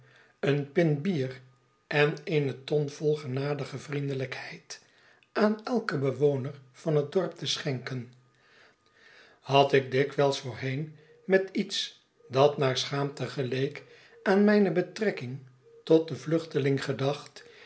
eene pint bier en eene ton vol genadige vriendelijkheid aan elken bewoner van het dorp te schenken had ik dikwijls voorheen met iets dat naar schaamte geleek aan mijne betrekking tot den vluchteling gedacht